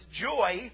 joy